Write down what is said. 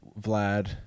Vlad